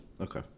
Okay